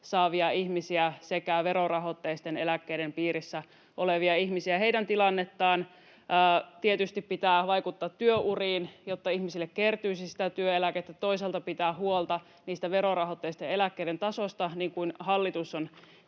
saavia ihmisiä sekä verorahoitteisten eläkkeiden piirissä olevia ihmisiä, heidän tilannettaan. Tietysti pitää vaikuttaa työuriin, jotta ihmisille kertyisi sitä työeläkettä, toisaalta täytyy pitää huolta niiden verorahoitteisten eläkkeiden tasosta, niin kuin hallitus on